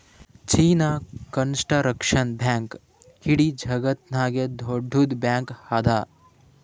China construction bank ಇಡೀ ಜಗತ್ತನಾಗೆ ದೊಡ್ಡುದ್ ಬ್ಯಾಂಕ್ ಅದಾ